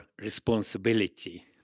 responsibility